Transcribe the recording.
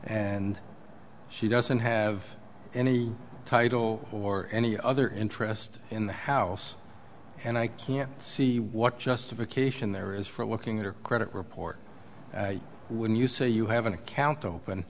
and she doesn't have any title or any other interest in the house and i can't see what justification there is for looking at her credit report when you say you have an account open